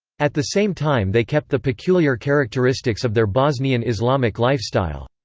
at the same time they kept the peculiar characteristics of their bosnian islamic lifestyle.